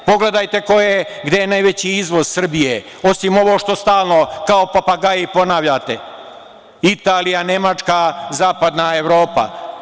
Pogledajte gde je najveći izvoz Srbije, osim ovo što stalno kao papagaju ponavljate, Italija, Nemačka, zapadna Evropa.